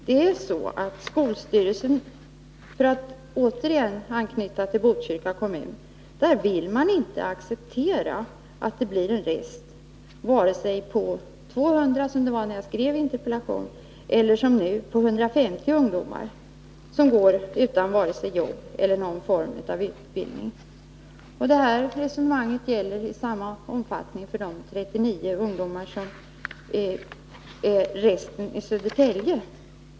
Det är ju så att skolstyrelsen i Botkyrka kommun, för att återigen anknyta till den kommunen, inte vill acceptera att det blir en rest, oavsett om det gäller 200 ungdomar, som det gjorde när jag skrev interpellationen, eller som nu 150 ungdomar som inte kan få vare sig jobb eller någon form av utbildning. Det här resonemanget gäller i lika hög grad de 39 ungdomar som just nu utgör en rest i Södertälje.